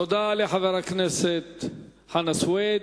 תודה לחבר הכנסת חנא סוייד.